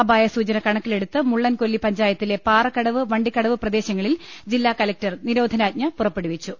അപായസൂചന കണക്കിലെടുത്ത് മുള്ളൻകൊല്ലി പഞ്ചായ ത്തിലെ പാറക്കടവ് വണ്ടിക്കടവ് പ്രദേശങ്ങളിൽ ജില്ലാകലക്ടർ നിരോധനാജ്ഞ പുറപ്പെടുവിച്ചു